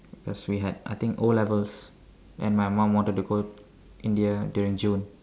cause we had I think O-levels and my mum wanted to go India during June